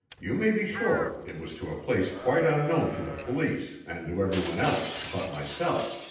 you may be sure it was to a place quite unknown to the police and to every one else but myself.